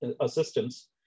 assistance